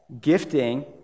gifting